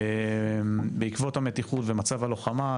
בעקבות המתיחות ומצב הלוחמה,